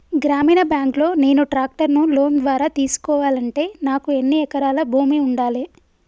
గ్రామీణ బ్యాంక్ లో నేను ట్రాక్టర్ను లోన్ ద్వారా తీసుకోవాలంటే నాకు ఎన్ని ఎకరాల భూమి ఉండాలే?